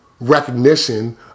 recognition